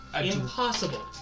impossible